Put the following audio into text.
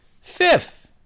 fifth